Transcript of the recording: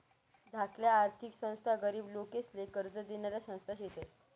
धाकल्या आर्थिक संस्था गरीब लोकेसले कर्ज देनाऱ्या संस्था शेतस